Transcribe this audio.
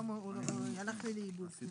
הלך לי לאיבוד.